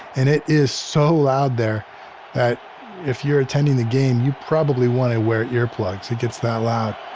and it is so loud there that if you're attending the game you probably want to wear earplugs, it gets that loud